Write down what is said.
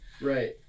Right